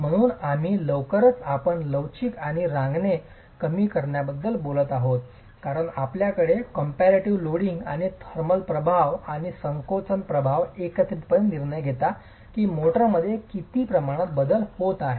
म्हणून आम्ही लवकरच आपण लवचिक आणि रांगणे कमी करण्याबद्दल बोलत आहोत कारण आपल्याकडे कॉम्पॅरेटिव्ह लोडिंग आणि थर्मल प्रभाव आणि संकोचन प्रभाव एकत्रितपणे निर्णय घेता की मोर्टारमध्येच किती प्रमाणात बदल होणार आहे